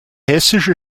hessische